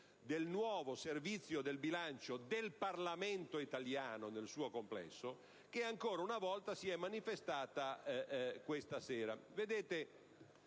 del nuovo Servizio del bilancio del Parlamento italiano nel suo complesso che ancora una volta si è manifestata questa sera.